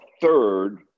third